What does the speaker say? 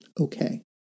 okay